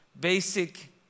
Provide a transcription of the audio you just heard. basic